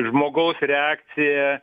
žmogaus reakcija